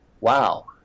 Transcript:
Wow